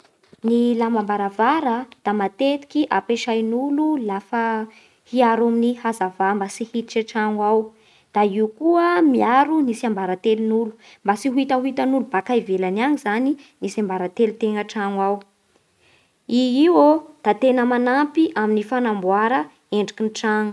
Ny lamba-baravara da matetiky ampiesan'olo lafa hiaro ny hazava mba tsy hiditra antrano ao da io koa miaro ny tsiambaratelon'olo, mba tsy hohitahitan'olo baka ivelagny any zany ny tsiabaratelontegna antrano ao. I io ô da tegna manampy amin'ny fanamboara endriky ny trano